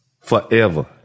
forever